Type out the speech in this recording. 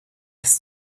his